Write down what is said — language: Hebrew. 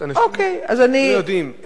אנשים לא יודעים.